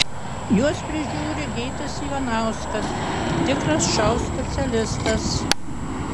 juos prižiūri gytis ivanauskas tikras šou specialistas